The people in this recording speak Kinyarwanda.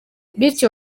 bityo